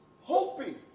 hoping